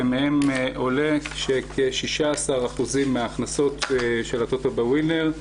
ומהם עולה שכ-16% מהכנסות של הטוטו בווינר,